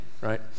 right